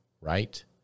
right